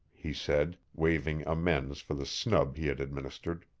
he said, waving amends for the snub he had administered.